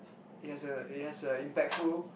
it has a it has a impactful